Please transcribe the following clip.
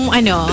ano